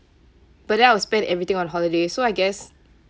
but then I'll spend everything on holidays so I guess